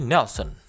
Nelson